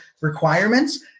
requirements